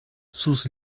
sus